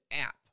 app